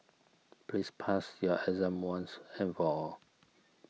please pass your exam once and for all